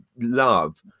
love